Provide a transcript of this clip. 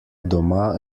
doma